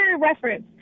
reference